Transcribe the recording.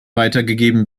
weitergegeben